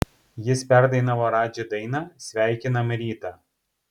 jis perdainavo radži dainą sveikinam rytą